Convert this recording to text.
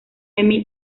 emmy